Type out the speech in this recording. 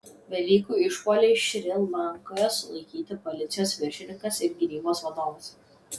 velykų išpuoliai šri lankoje sulaikyti policijos viršininkas ir gynybos vadovas